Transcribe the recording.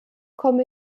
komme